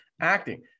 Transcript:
acting